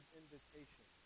invitation